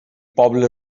poble